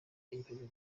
iyubahirizwa